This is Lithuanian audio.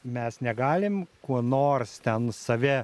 mes negalim kuo nors ten save